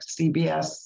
CBS